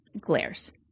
glares